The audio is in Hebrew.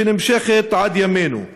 שנמשכת עד ימינו.